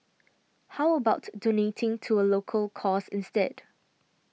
how about donating to a local cause instead